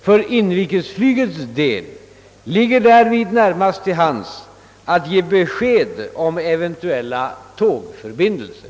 För inrikesflygets del ligger därvid närmast till hands att ge besked om eventuella tågförbindelser.